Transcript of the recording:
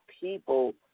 people